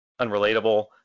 unrelatable